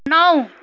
नौ